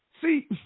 See